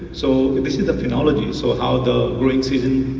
so this is the physiology, so how the rain season,